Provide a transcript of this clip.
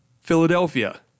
Philadelphia